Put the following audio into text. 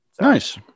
nice